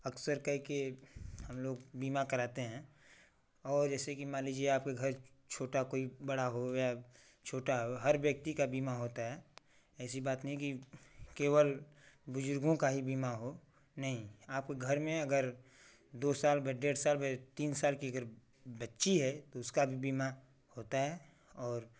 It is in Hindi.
अक्सर काहे कि हम लोग बीमा कराते हैं और जैसे कि मान लीजिए आपके घर छोटा कोई बड़ा हो या छोटा हो हर व्यक्ति का बीमा होता है ऐसी बात नहीं की केवल बुज़ुर्गों का ही बीमा हो नहीं आपके घर में अगर दो साल डेढ़ साल तीन साल की अगर बच्ची है तो उसका भी बीमा होता है और